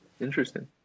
Interesting